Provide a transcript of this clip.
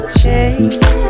change